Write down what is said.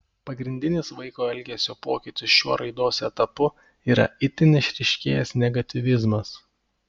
pagrindinis vaiko elgesio pokytis šiuo raidos etapu yra itin išryškėjęs negatyvizmas